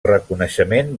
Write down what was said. reconeixement